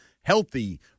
healthy